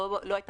הם לא היו